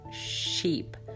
sheep